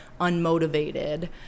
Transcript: unmotivated